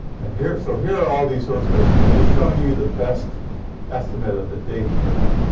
and here so here are all these earthquakes. and i'm just showing you the best estimate of the date for that,